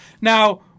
Now